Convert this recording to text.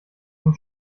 vom